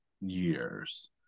years